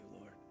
Lord